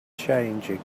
changing